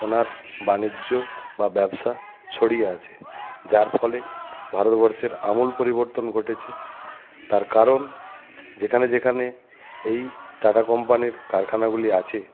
ওনার বাণিজ্য বা ব্যবসা ছড়িয়ে আছে যার ফলে ভারতবর্ষের আমূল পরিবর্তন ঘটেছে তার কারণ যেখানে যেখানে এই টাটা কম্পানির কারখানাগুলি আছে